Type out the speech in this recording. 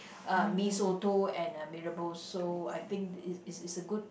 uh Mee-Soto and uh Mee-Rebus so I think it it's it's a good